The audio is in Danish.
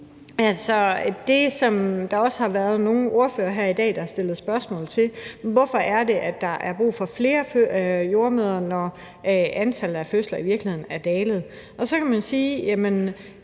Det, som der også har været nogle ordførere her i dag der har stillet spørgsmål til, er, hvorfor det er, at der er brug for flere jordemødre, når antallet af fødsler i virkeligheden er dalet, og så kan man spørge, om